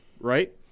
right